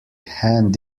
hand